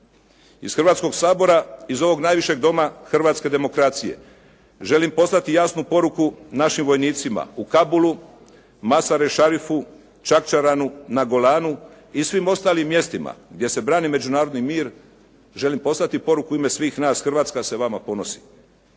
Iz Hrvatskom sabora, iz ovog najvišeg Doma hrvatske demokracije želim poslati jasnu poruku našim vojnicima u Kabulu, Masar-e Sharifu, Charcharanu, na Golanu i svim ostalim mjestima gdje se brani međunarodni mir, želim poslati poruku u ime svih nas, Hrvatska se vama ponosi.